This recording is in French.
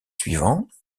suivants